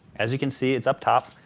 as you can see, it's up top.